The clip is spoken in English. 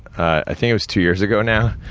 i think it was two years ago, now?